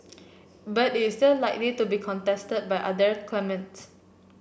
but it's still likely to be contested by other claimants